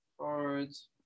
Cards